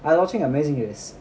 I was watching amazing race